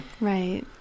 right